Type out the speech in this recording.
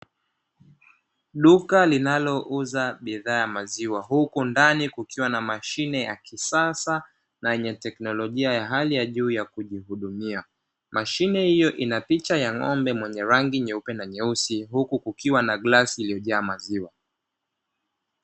Duka linalo uza bidhaa ya maziwa, huku ndani kukiwa na mashine ya kisasa na yenye teknolojia ya hali ya juu ya kujihudumia, mashine hiyo ina picha ya ng'ombe mwenye rangi nyeupe na nyeusi huku kukiwa na glasi iliyojaa maziwa.